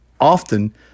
often